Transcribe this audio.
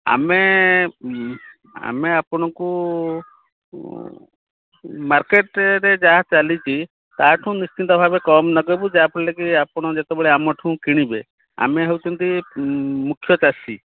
ଆମେ ଆମେ ଆପଣଙ୍କୁ ମାର୍କେଟରେ ଯାହା ଚାଲିଛି ତା'ଠୁ ନିଶ୍ଚିତ ଭାବରେ କମ୍ ଲଗାଇବୁ ଫଳରେ କି ଆପଣ ଯେତେବେଳେ ଆମଠୁ କିଣିବେ ଆମେ ହେଉଛନ୍ତି ମୁଖ୍ୟ ଚାଷୀ